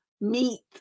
meat